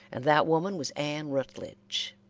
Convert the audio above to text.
and that woman was ann rutledge